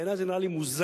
בעיני, זה נראה לי מוזר,